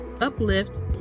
uplift